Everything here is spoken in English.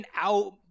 out